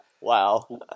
Wow